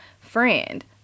friend